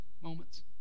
moments